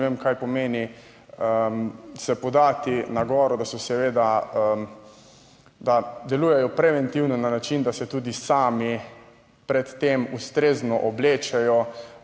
in vem kaj pomeni se podati na goro, da delujejo preventivno na način, da se tudi sami pred tem ustrezno oblečejo